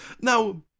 Now